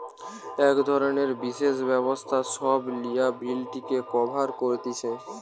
এক ধরণের বিশেষ ব্যবস্থা সব লিয়াবিলিটিকে কভার কতিছে